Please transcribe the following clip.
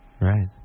Right